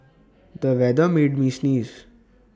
the weather made me sneeze